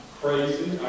crazy